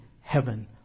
heaven